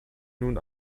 nun